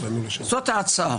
זו ההצעה